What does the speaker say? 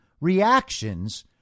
reactions